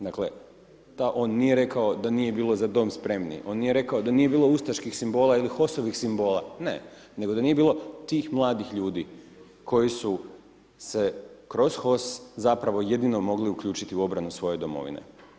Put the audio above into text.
Dakle, on nije rekao da nije bilo Za dom spremni, on nije rekao da nije bilo ustaških simbola ili HOS-ovih simbola, ne, nego da nije bilo tih mladih ljudi koji su se kroz HOS zapravo jedino mogli uključiti u obranu svoje domovine.